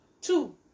two